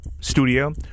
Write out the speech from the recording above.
studio